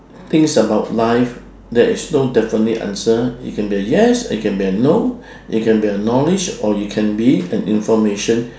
things about life there is no definite answer it can be a yes it can be a no you can be a knowledge or you can be an information